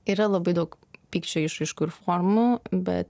yra labai daug pykčio išraiškų ir formų bet